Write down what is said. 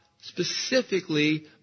specifically